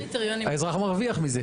האזרח מרוויח מזה.